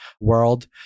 world